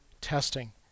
testing